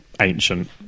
Ancient